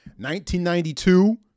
1992